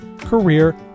career